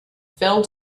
fell